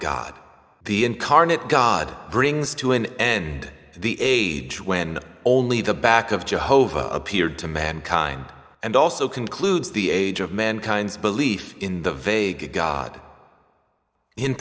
god the incarnate god brings to an end the age when only the back of jehovah appeared to mankind and also concludes the age of mankind's belief in the vague god in